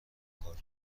کار